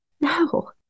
No